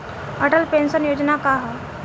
Atal pension योजना का ह?